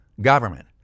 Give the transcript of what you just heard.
government